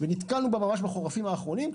ובה נתקלנו ממש בחורפים האחרונים,